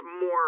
more